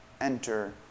enter